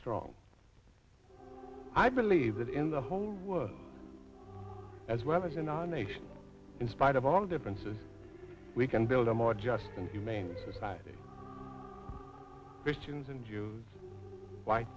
strong i believe that in the whole world as well as in our nation in spite of all differences we can build a more just and humane society christians and jews white